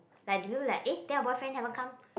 like do you like eh then your boyfriend never come